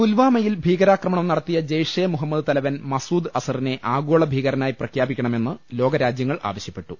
പുൽവാമയിൽ ഭീകരാക്രമണം നടത്തിയ ജയ്ഷെ മുഹമ്മദ് തലവൻ മസൂദ് അസറിനെ ആഗോള ഭീകരനായി പ്രഖ്യാപിക്കണമെന്ന് ലോക രാജ്യങ്ങൾ ആവശ്യപ്പെട്ടു